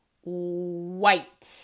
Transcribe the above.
White